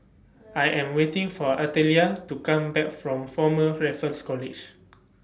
I Am waiting For Artelia to Come Back from Former Raffles College